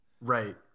Right